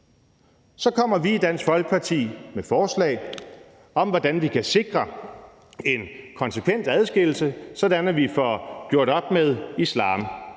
Så kommer vi i Dansk Folkeparti med forslag til, hvordan vi kan sikre en konsekvent adskillelse, sådan at vi får gjort op med islam: